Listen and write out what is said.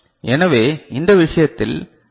எனவே இந்த விஷயத்தில் எஸ்